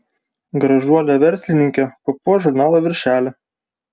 gražuolė verslininkė papuoš žurnalo viršelį